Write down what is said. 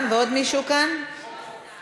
בעד, אין מתנגדים, אין נמנעים.